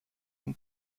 son